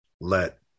let